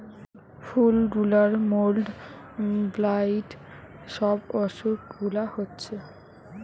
ফুল গুলার mould, blight সব অসুখ গুলা হচ্ছে